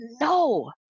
no